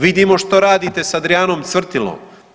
Vidimo što radite sa Andrijanom Cvrtilom.